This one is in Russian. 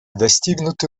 достигнуты